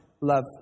love